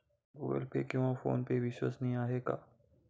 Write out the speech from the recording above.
Google Pay किंवा PhonePe विश्वसनीय आहेत का?